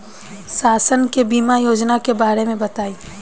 शासन के बीमा योजना के बारे में बताईं?